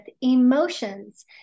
emotions